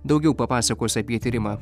daugiau papasakos apie tyrimą